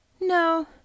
No